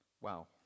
Wow